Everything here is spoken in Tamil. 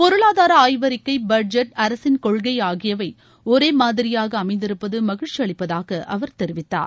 பொருளாதாரஆய்வறிக்கை பட்ஜெட் அரசின் கொள்கைஆகியவைஒரேமாதிரியாகஅமைந்திருப்பதுமகிழ்ச்சிஅளிப்பதாகஅவர் தெரிவித்தார்